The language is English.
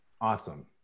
Awesome